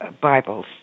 Bibles